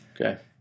Okay